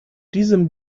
diesem